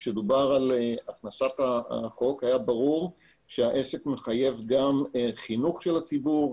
כאשר דובר על חקיקת החוק היה ברור שהעסק מחייב גם חינוך של הציבור,